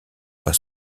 pas